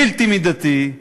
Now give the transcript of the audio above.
בלתי מידתי,